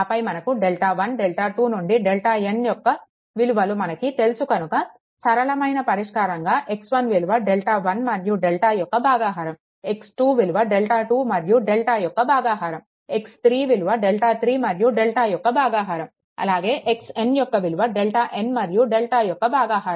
ఆపై మనకు డెల్టా1 డెల్టా2 నుండి డెల్టాn యొక్క విలువలు మనకు తెలుసు కనుక సరళమైన పరిష్కారంగా x1 విలువ డెల్టా1 మరియు డెల్టా యొక్క భాగాహారం x2 విలువ డెల్టా2 మరియు డెల్టా యొక్క భాగాహారం x3 విలువ డెల్టా3 మరియు డెల్టా యొక్క భాగాహారం అలాగే xn యొక్క విలువ డెల్టాn మరియు డెల్టా యొక్క భాగాహారం